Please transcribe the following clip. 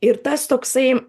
ir tas toksai